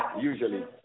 usually